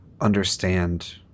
understand